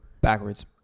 Backwards